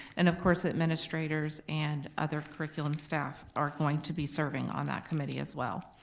and of course administrators and other curriculum staff are going to be serving on that committee as well.